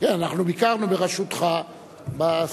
כן, אנחנו ביקרנו בראשותך ב"סהרונים".